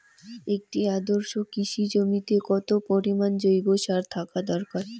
একটি আদর্শ কৃষি জমিতে কত পরিমাণ জৈব সার থাকা দরকার?